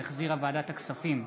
שהחזירה ועדת הכספים,